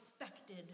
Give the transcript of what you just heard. expected